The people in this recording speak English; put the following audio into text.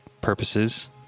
purposes